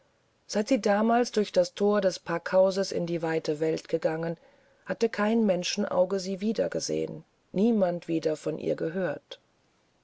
seit sie damals durch das thor des packhauses in die weite welt gegangen hatte kein menschenauge sie wiedergesehen niemand wieder von ihr gehört